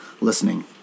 listening